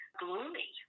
gloomy